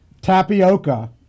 tapioca